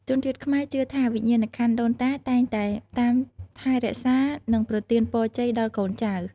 ជនជាតិខ្មែរជឿថា វិញ្ញាណក្ខន្ធដូនតាតែងតែតាមថែរក្សា និងប្រទានពរជ័យដល់កូនចៅ។